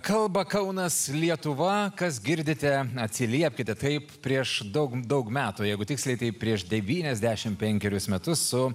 kalba kaunas lietuva kas girdite atsiliepkite taip prieš daug daug metų jeigu tiksliai tai prieš devyniasdešimt penkerius metus su